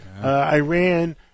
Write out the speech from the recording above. Iran –